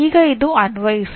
ಈಗ ಇದು ಅನ್ವಯಿಸು